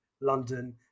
London